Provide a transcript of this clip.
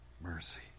mercy